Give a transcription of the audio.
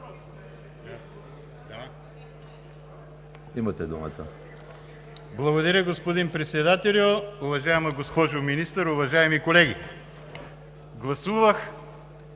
за България): Благодаря, господин Председател. Уважаема госпожо Министър, уважаеми колеги! Гласувах